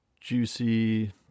juicy